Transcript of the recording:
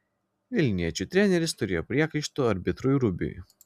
vilniečių treneris turėjo priekaištų arbitrui rubiui